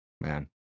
man